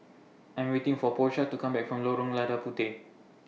I'm waiting For Porsha to Come Back from Lorong Lada Puteh